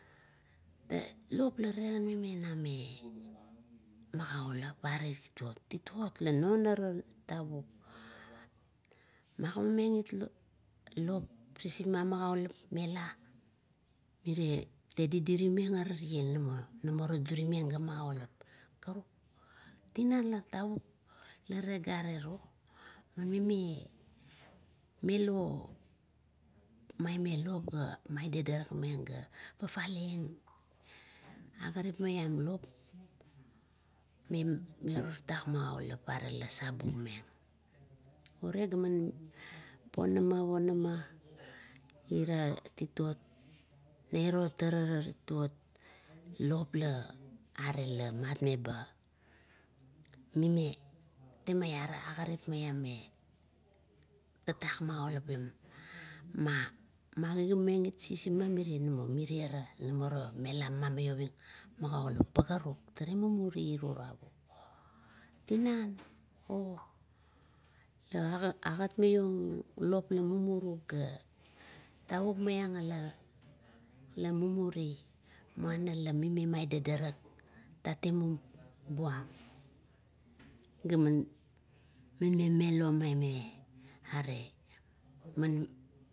lop la rale menameng me maulap, are titot, titot la non aga tavuk, magamameng lo, lop sisipma magaulap mela, mire bedidir meg, namo ar durimang ga magaulap. Karuk, tinan, tavuk la rale garero, milo mairama lop ga mai dodormeng, ga fafaleang agarip maiam lop me miro tatak magaulap, la sapumeng. Uregaman, ponama ponama ira titot. La irora itara ra titot lop la are lamat meba mime temaiara agarip aiam me tatak maulalap la man gimamang sisipma mire, mega tiera mela maiovang magulap pakaruk, talera mumuri iro tavuk. Tina o, lagat maiong lop lamumuru ga, tavuk maiang lamumuri, muana la mirium ga dadarap, tatimup buam ga man memelo maime, gare man-